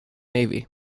navy